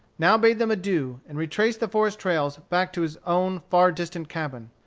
now bade them adieu, and retraced the forest trails back to his own far-distant cabin.